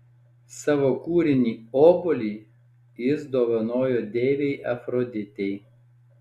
savo kūrinį obuolį jis dovanojo deivei afroditei